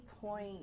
point